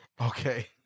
okay